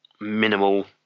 minimal